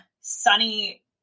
Sunny